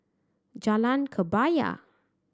Jalan Kebaya